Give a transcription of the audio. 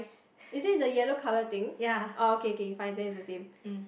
is it the yellow colour thing oh okay okay fine then it's the same